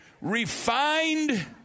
refined